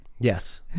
Yes